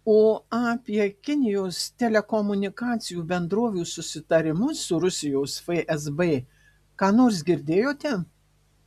o apie kinijos telekomunikacijų bendrovių susitarimus su rusijos fsb ką nors girdėjote